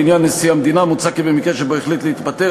לעניין נשיא המדינה מוצע כי במקרה שבו החליט להתפטר,